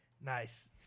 Nice